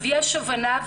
יש הבנה,